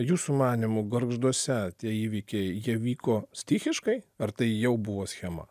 jūsų manymu gargžduose tie įvykiai jie vyko stichiškai ar tai jau buvo schema